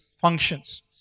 functions